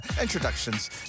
introductions